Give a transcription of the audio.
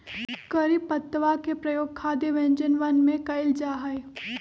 करी पत्तवा के प्रयोग खाद्य व्यंजनवन में कइल जाहई